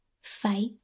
fight